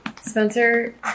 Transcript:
Spencer